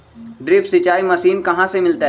Drip सिंचाई machine कहाँ से मिलतै?